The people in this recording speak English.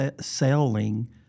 selling